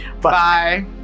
Bye